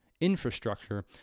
infrastructure